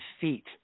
feet